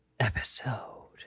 episode